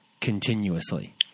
continuously